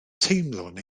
teimlwn